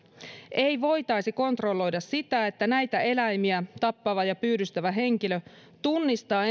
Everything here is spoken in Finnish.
ei voitaisi kontrolloida sitä että näitä eläimiä tappava ja pyydystävä henkilö ensinnäkin tunnistaa